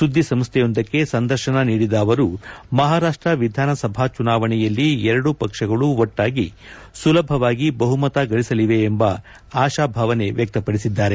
ಸುದ್ದಿ ಸಂಸ್ಥೆಯೊಂದಕ್ಕೆ ಸಂದರ್ಶನ ನೀಡಿದ ಅವರು ಮಹಾರಾಷ್ವ ವಿಧಾನಸಭಾ ಚುನಾವಣೆಯಲ್ಲಿ ಎರಡೂ ಪಕ್ಷಗಳು ಒಟ್ನಾಗಿ ಸುಲಭವಾಗಿ ಬಹುಮತ ಗಳಸಲಿವೆ ಎಂಬ ಆಶಾ ಭಾವನೆ ವ್ಯಕ್ತಪಡಿಸಿದ್ದಾರೆ